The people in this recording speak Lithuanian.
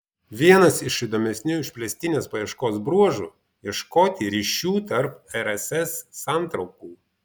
vienas iš įdomesnių išplėstinės paieškos bruožų ieškoti ryšių tarp rss santraukų